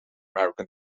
american